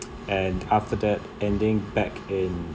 and after that ending back in